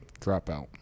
Dropout